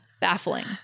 baffling